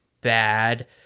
bad